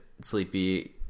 sleepy